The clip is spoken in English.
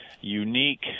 unique